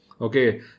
Okay